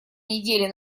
недели